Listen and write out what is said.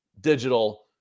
digital